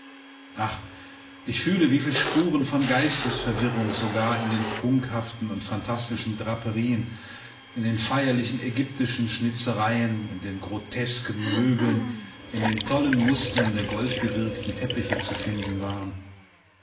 ach ich fühle wieviel spuren von geistesverwirrung sogar in den prunkhaften und phantastischen draperien in den feierlichen ägyptischen schnitzereien in den grotesken möbeln in den tollen mustern der goldgewirkten teppiche zu finden waren